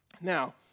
Now